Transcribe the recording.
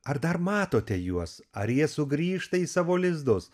ar dar matote juos ar jie sugrįžta į savo lizdus